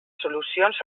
solucions